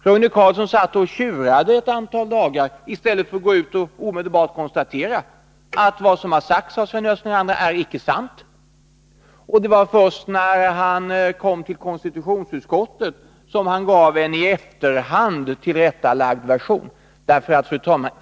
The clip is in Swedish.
Roine Carlsson satt och tjurade ett antal dagar i stället för att gå ut och omedelbart konstatera att vad som sagts av Sven Östling och andra icke är sant. Det var först när han kom till konstitutionsutskottet som han gav en i efterhand tillrättalagd version. Fru talman!